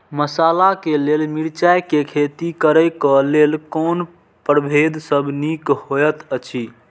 मसाला के लेल मिरचाई के खेती करे क लेल कोन परभेद सब निक होयत अछि?